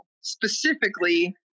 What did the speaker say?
specifically